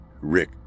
Rick